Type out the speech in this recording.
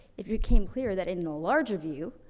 it became clear that in the larger view,